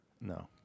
no